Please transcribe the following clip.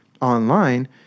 online